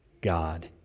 God